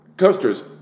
Coasters